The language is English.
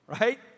right